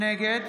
נגד